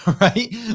right